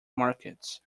markets